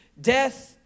death